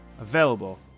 available